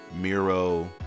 Miro